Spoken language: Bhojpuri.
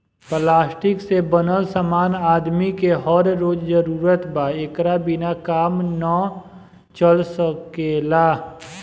प्लास्टिक से बनल समान आदमी के हर रोज जरूरत बा एकरा बिना काम ना चल सकेला